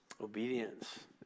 Obedience